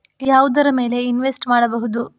ಯಾವುದರ ಮೇಲೆ ಇನ್ವೆಸ್ಟ್ ಮಾಡಬಹುದು?